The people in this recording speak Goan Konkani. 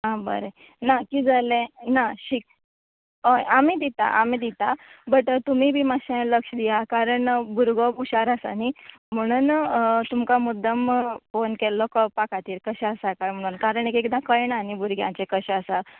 आं बरें ना किद जालें होय आमी दिता आमी दिता बट तुमीय बी मात्शे लक्ष दिया कारण भुरगो हुशार आसा न्ही म्हणोन तुमकां मुद्दम फोन केल्लो कळपा खातीर कशें कशें आसा काय म्हणून कारण एकदां कळना न्ही भुरग्यांचे कशें आसा